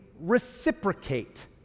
reciprocate